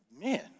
man